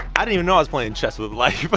i didn't even know i was playing chess with life